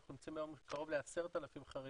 אנחנו נמצאים היום עם קרוב ל-10,000 חרדים